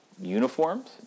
uniforms